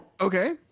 Okay